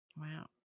Wow